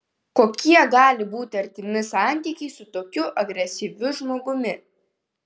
kokie gali būti artimi santykiai su tokiu agresyviu žmogumi